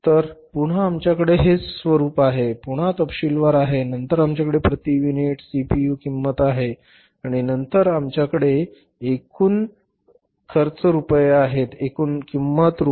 तर पुन्हा आमच्याकडे हेच स्वरूप आहे पुन्हा तपशीलवार आहे नंतर आमच्याकडे प्रति युनिट सीपीयू किंमत आहे आणि नंतर आमच्याकडे एकूण खर्च रुपये आहेत एकूण किंमत रु